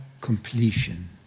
completion